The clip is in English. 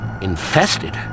infested